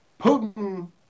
Putin